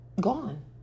gone